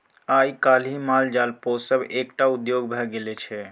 आइ काल्हि माल जाल पोसब एकटा उद्योग भ गेल छै